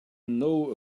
know